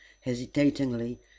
hesitatingly